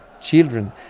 children